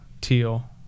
teal